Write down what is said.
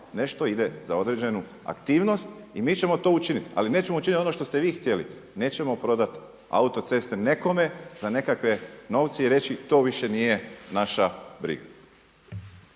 nešto ide za određenu aktivnost i mi ćemo to učiniti. Ali nećemo učiniti ono što ste vi htjeli. Nećemo prodati autoceste nekome za nekakve novce i reći to više nije naša briga.